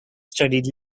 studied